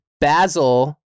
basil